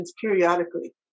periodically